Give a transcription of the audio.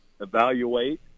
evaluate